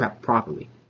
properly